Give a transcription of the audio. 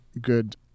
good